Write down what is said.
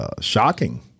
shocking